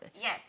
Yes